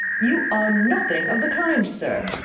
you are nothing of the kind, sir.